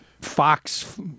Fox